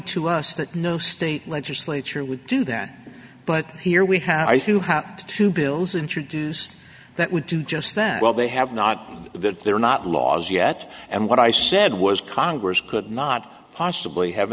that no state legislature would do that but here we have to have two bills introduced that would do just that well they have not that they're not laws yet and what i said was congress could not possibly have